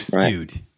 dude